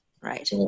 right